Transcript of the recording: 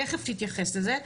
תיכף תתייחס לזה.